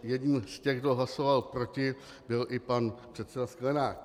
Jedním z těch, kdo hlasoval proti, byl i pan předseda Sklenák.